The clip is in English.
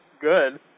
good